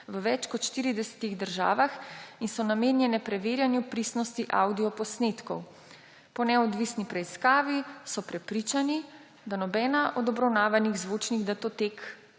v več kot 40 državah in so namenjene preverjanju pristnosti avdio posnetkov. Po neodvisni preiskavi so prepričani, da nobena od obravnavanih zvočnih datotek,«